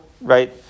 right